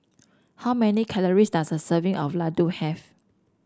how many calories does a serving of laddu have